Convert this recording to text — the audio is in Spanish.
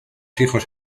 hijos